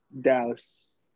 Dallas